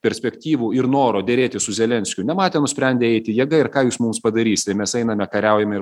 perspektyvų ir noro derėtis su zelenskiu nematė nusprendė eiti jėga ir ką jūs mums padarysite mes einame kariaujame ir